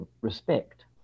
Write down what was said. respect